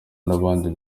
nabandi